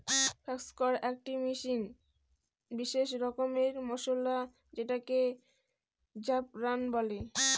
saffron একটি বিশেষ রকমের মসলা যেটাকে জাফরান বলে